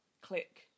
click